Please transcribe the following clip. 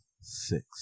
six